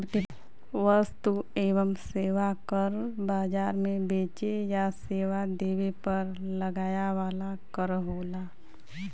वस्तु एवं सेवा कर बाजार में बेचे या सेवा देवे पर लगाया वाला कर होला